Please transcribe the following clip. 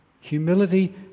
humility